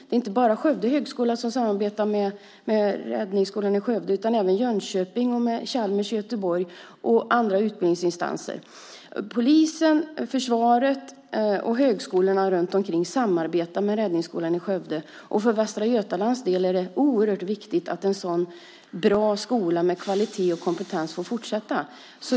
Det är inte bara Skövde högskola som samarbetar med räddningsskolan i Skövde utan även Jönköping, Chalmers i Göteborg och andra utbildningsinstanser. Polisen, försvaret och högskolorna runt omkring samarbetar med räddningsskolan i Skövde, och för Västra Götalands del är det oerhört viktigt att en så bra skola med kvalitet och kompetens får fortsätta.